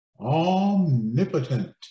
omnipotent